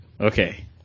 Okay